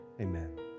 Amen